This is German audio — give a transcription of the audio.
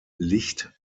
licht